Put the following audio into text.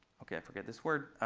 ok, i forget this word.